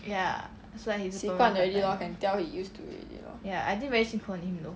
习惯 already loh can tell he used to it already lor